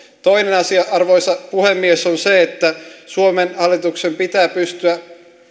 toinen asia arvoisa puhemies on se että suomen hallituksen pitää pystyä